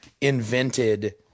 Invented